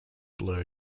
blur